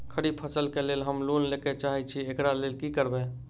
खरीफ फसल केँ लेल हम लोन लैके चाहै छी एकरा लेल की करबै?